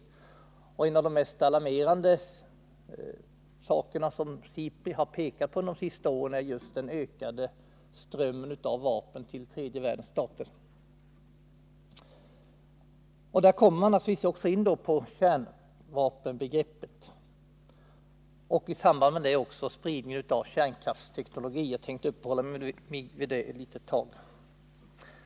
En av de mest alarmerande saker som SIPRI pekat på under de senaste åren är just den ökade strömmen av vapen till tredje världens stater. Här kommer man också in på kärnvapenbegreppet och i samband med detta också spridningen av kärnkraftsteknologi. Jag tänker uppehålla mig något vid detta.